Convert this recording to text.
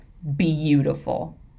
beautiful